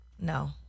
No